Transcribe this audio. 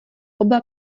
oba